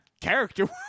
character